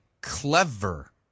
clever